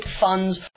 funds